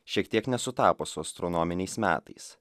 šiek tiek nesutapo su astronominiais metais